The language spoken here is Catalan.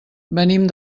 venim